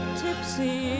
tipsy